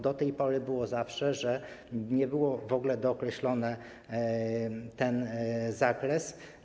Do tej pory było zawsze tak, że nie był w ogóle dookreślony ten zakres.